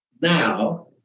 now